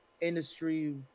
industry